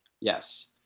Yes